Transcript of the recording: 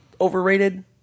overrated